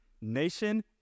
nation